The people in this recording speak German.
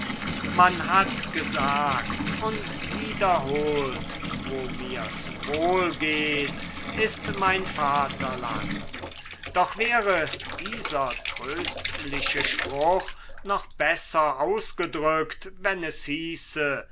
man hat gesagt und wiederholt wo mir's wohl geht ist mein vaterland doch wäre dieser tröstliche spruch noch besser ausgedrückt wenn es hieße